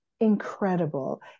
Incredible